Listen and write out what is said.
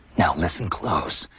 now listen close,